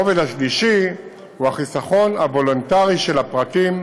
הרובד השלישי הוא החיסכון הוולונטרי של הפרטים,